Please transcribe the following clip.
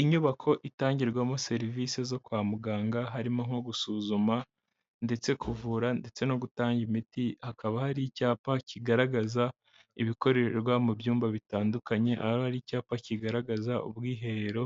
Inyubako itangirwamo serivise zo kwa muganga harimo nko gusuzuma, ndetse kuvura, ndetse no gutanga imiti. Hakaba hari icyapa kigaragaza ibikorerwa mu byumba bitandukanye. Ahaba hari icyapa kigaragaza ubwiherero,